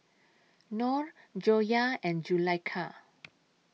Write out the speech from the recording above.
Nor Joyah and Zulaikha